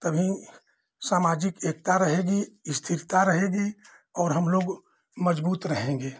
तभी सामाजिक एकता रहेगी इस्थिरता रहेगी और हमलोग मजबूत रहेंगे